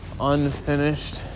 unfinished